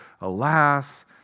alas